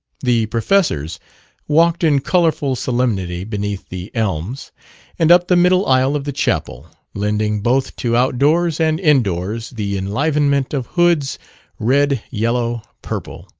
the professors walked in colorful solemnity beneath the elms and up the middle aisle of the chapel, lending both to outdoors and indoors the enlivenment of hoods red, yellow, purple.